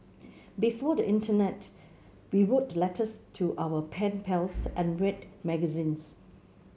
before the internet we wrote letters to our pen pals and read magazines